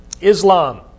Islam